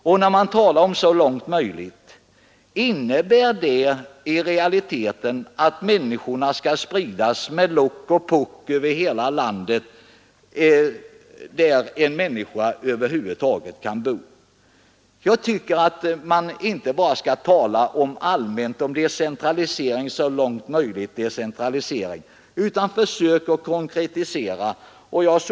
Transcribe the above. Innebär uttrycket ”så långt möjligt” att människorna skall spridas med lock och pock över hela landet till de ställen där en människa över huvud taget kan bo? Jag tycker att man inte bara skall tala allmänt om ”så långt möjligt decentralisering” utan skall försöka konkretisera sina uttalanden.